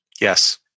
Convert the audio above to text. Yes